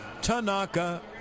Tanaka